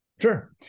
sure